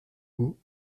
goût